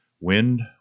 Wind